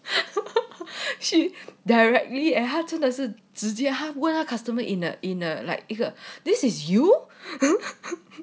she directly eh how 真的是直接问 customer in a in a like 一个 this is you